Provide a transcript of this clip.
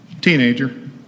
teenager